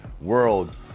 world